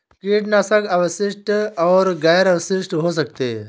कीटनाशक अवशिष्ट और गैर अवशिष्ट हो सकते हैं